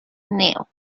neo